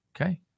Okay